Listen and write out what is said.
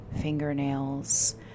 fingernails